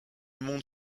monde